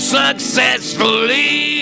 successfully